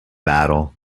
battle